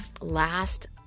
last